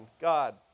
God